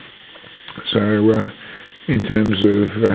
so in terms of